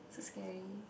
so scary